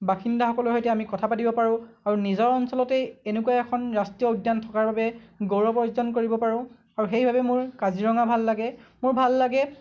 বাসিন্দাসকলৰ সৈতে আমি কথা পাতিব পাৰোঁ আৰু নিজৰ অঞ্চলতেই এনেকুৱা এখন ৰাষ্ট্ৰীয় উদ্যান থকাৰ বাবে গৌৰৱ অৰ্জন কৰিব পাৰোঁ আৰু সেইবাবে মোৰ কাজিৰঙা ভাল লাগে মোৰ ভাল লাগে